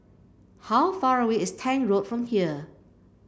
how far away is Tank Road from here